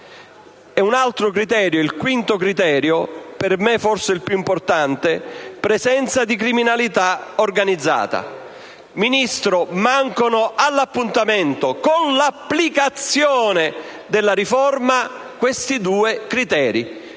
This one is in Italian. infrastrutturale, e un quinto criterio, per me forse il più importante, presenza di criminalità organizzata. Ministro, mancano all'appuntamento con l'applicazione della riforma questi due criteri,